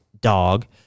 dog